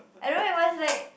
I don't know it was like